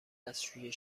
دستشویی